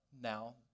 now